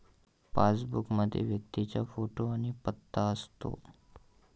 passbook मध्ये व्यक्तीचा photo आणि पत्ता असतो